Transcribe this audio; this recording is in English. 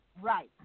Right